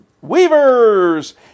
Weavers